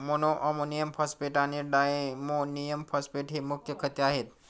monoammonium phosphate आणि diammonium phosphate ही मुख्य खते आहेत